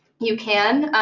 you can.